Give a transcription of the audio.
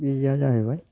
बे जेआ जाहैबाय